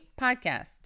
podcast